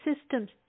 systems